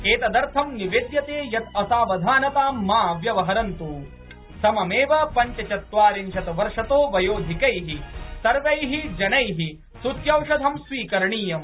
एतदर्थं निवेद्यते यत् असवाधनतां मा व्यवहरन्त् सममेव पञ्चचत्वारिंशत् वर्षतो वयोधिकैः सर्वैः जनैः सूच्यौषधं स्वीकरणीयम्